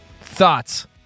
Thoughts